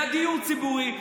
לדיור ציבורי,